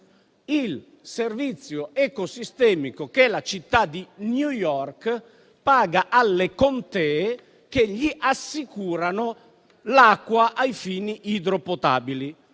il servizio ecosistemico che la città di New York paga alle contee che gli assicurano l'acqua ai fini idropotabili.